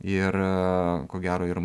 ir ko gero ir